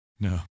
No